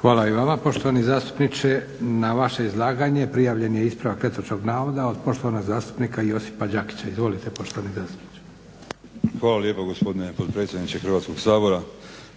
Hvala i vama poštovani zastupniče. Na vaše izlaganje prijavljen je ispravak netočnog navoda od poštovanog zastupnika Josipa Đakića. Izvolite poštovani zastupniče. **Đakić, Josip (HDZ)** Hvala lijepo gospodine potpredsjedniče Hrvatskog sabora.